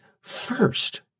first